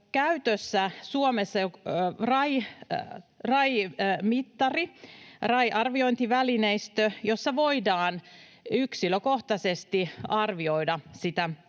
käytössä Suomessa jo RAI-mittari, RAI-arviointivälineistö, jossa voidaan yksilökohtaisesti arvioida sitä